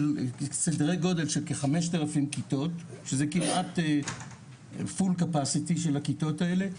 סדרי גודל של כ-5,000 כיתות שזה כמעט פול קפאסיטי של הכיתות האלה.